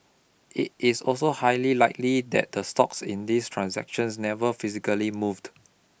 it is also highly likely that the stocks in these transactions never physically moved